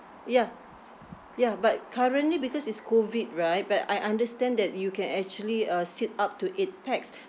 ya ya but currently because it's COVID right but I understand that you can actually uh sit up to eight pax